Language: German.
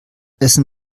essen